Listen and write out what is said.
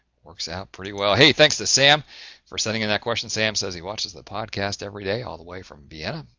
works out pretty well. hey thanks to sam for sending in, that question. sam says he watches the podcast every day all the way from vienna.